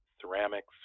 ceramics